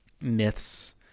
myths